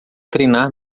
treinar